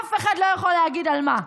אף אחד לא יכול להגיד על מה.